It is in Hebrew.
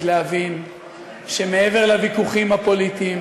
כמו שאמר ראש הממשלה,